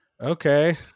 Okay